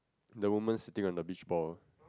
the women sitting on the beach ball